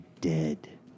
dead